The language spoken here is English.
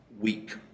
week